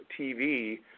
TV